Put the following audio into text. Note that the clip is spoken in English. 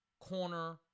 corner